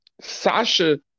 Sasha